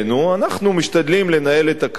אנחנו משתדלים לנהל את הכלכלה,